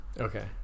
Okay